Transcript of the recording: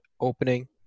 opening